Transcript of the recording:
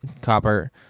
Copper